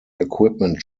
equipment